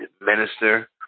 minister